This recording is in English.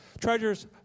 treasures